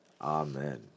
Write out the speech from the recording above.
Amen